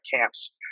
camps